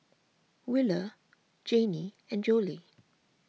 Wheeler Janey and Jolie